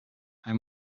hij